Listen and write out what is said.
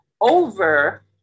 over